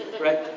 right